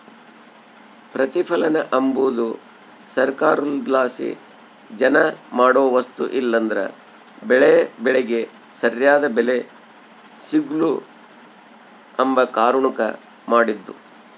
ಪ್ರತಿಪಲನ ಅಂಬದು ಸರ್ಕಾರುದ್ಲಾಸಿ ಜನ ಮಾಡೋ ವಸ್ತು ಇಲ್ಲಂದ್ರ ಬೆಳೇ ಬೆಳಿಗೆ ಸರ್ಯಾದ್ ಬೆಲೆ ಸಿಗ್ಲು ಅಂಬ ಕಾರಣುಕ್ ಮಾಡಿದ್ದು